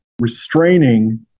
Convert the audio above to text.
restraining